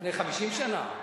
לפני 50 שנה.